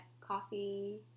Coffee